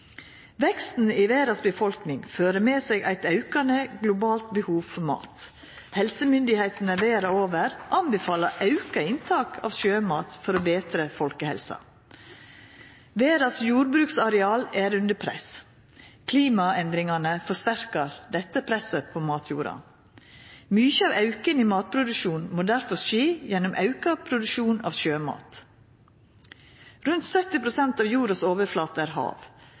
Veksten i verdas befolkning fører med seg eit aukande globalt behov for mat. Helsemyndigheitene verda over anbefaler auka inntak av sjømat for å betra folkehelsa. Verdas jordbruksareal er under press. Klimaendringane forsterkar dette presset på matjorda. Mykje av auken i matproduksjonen må difor skje gjennom auka produksjon av sjømat. Rundt 70 pst. av jordas overflate er hav.